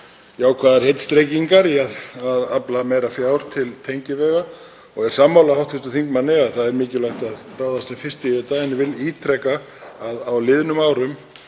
jákvæðar heitstrengingar um að afla meira fjár til tengivega. Ég er sammála hv. þingmanni að það er mikilvægt að ráðast sem fyrst í þetta. En ég vil ítreka að á liðnum árum